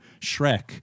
shrek